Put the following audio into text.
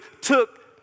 took